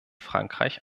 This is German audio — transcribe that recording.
frankreich